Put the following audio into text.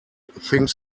think